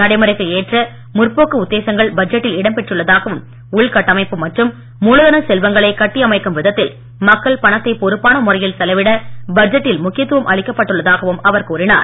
நடைமுறைக்கு எற்ற முற்போக்கு உத்தேசங்கள் பட்ஜெட்டில் இடம் பெற்றுள்ளதாகவும் உள் கட்டமைப்பு மற்றும் மூலதனச் செல்வங்களை கட்டியமைக்கும் விதத்தில் மக்கள் பணத்தை பொறுப்பான முறையில் செலவிட பட்ஜெட்டில் முக்கியத்துவம் அளிக்கப் பட்டுள்ளதாகவும் அவர் கூறினார்